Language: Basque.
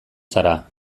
zara